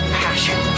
passion